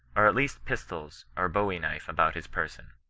or at least pistols or bowie knife about his person.